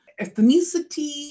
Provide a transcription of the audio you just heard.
ethnicity